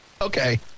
Okay